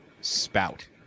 spout